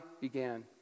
began